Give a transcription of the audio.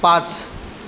पाच